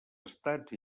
estats